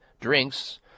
drinks